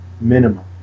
minimum